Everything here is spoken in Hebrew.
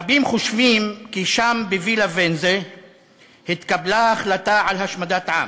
רבים חושבים כי שם בווילה ואנזה התקבלה ההחלטה על השמדת עם.